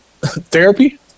Therapy